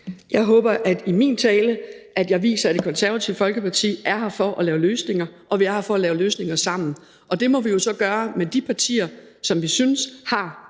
Jeg håber, at jeg i min tale viser, at Det Konservative Folkeparti er her for at lave løsninger, og at vi er her for at lave løsninger sammen. Det må vi jo så gøre med de partier, som vi synes har